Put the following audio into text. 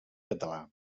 català